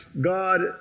God